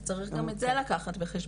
אז צריך גם את זה לקחת בחשבון.